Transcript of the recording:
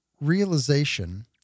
realization